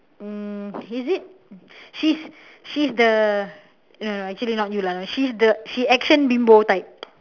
mm is it she's she's the eh no actually not you lah she's the she action bimbo type